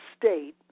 state